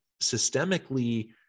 systemically